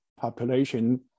population